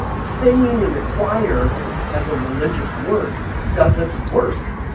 singing in the choir as a religious work. does that work?